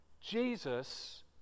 Jesus